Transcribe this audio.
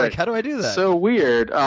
like how do i do that? so weird.